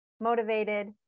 motivated